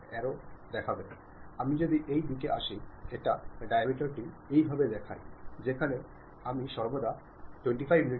ഏതൊരു ആശയവിനിമയത്തിലും കൃത്യത ശരിക്കും ഒരു പ്രധാന പങ്ക് വഹിക്കുന്നുണ്ട്